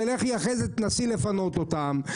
ולך אחרי זה ותנסה לפנות אותם.